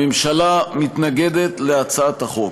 הממשלה מתנגדת להצעת החוק.